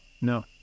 No